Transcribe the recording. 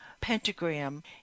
pentagram